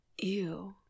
Ew